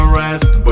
rest